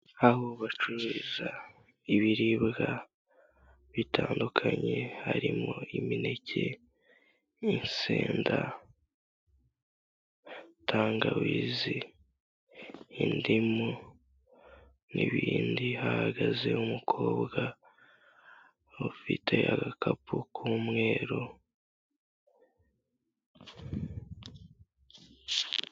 Aho bacururiza ibiribwa bitandukanye, harimo imineke, insenda, tangawizi, indimu n'ibindi hagaze umukobwa ufite agakapu k'umweru.